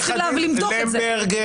מנסים לבדוק את זה.